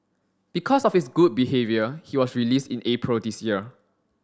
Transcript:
because of his good behaviour he was released in April this year